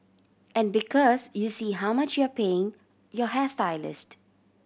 and because you see how much you're paying your hairstylist